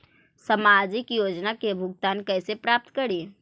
सामाजिक योजना से भुगतान कैसे प्राप्त करी?